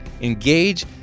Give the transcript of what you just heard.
engage